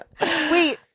Wait